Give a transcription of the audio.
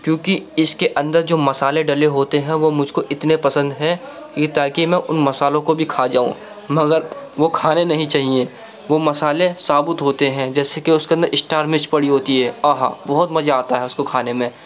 کیوں کہ اس کے اندر جو مسالے ڈلے ہوتے ہیں وہ مجھ کو اتنے پسند ہیں کہ تاکہ میں ان مسالوں کو بھی کھا جاؤں مگر وہ کھانے نہیں چاہئیں وہ مسالے ثابت ہوتے ہیں جیسے کہ اس کے اندر اسٹارنیچ پڑی ہوتی ہے آہا بہت مزہ آتا ہے اس کو کھانے میں